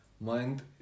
mind